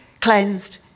cleansed